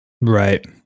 Right